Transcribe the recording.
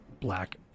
black